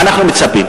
למה אנחנו מצפים?